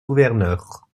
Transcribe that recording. gouverneur